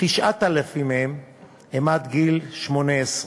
9,000 מהם הם עד גיל 18,